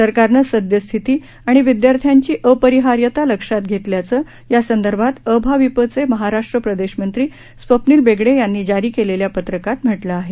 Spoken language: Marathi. सरकारनं सद्यस्थिती आणि विद्यार्थ्यांची अपरिहार्यता लक्षात घेतल्याचं यासंदर्भात अभाविपचे महाराष्ट्र प्रदेशमंत्री स्वप्नील बेगडे यांनी जारी केलेल्या पत्रकात म्हटलं आहे